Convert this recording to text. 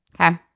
Okay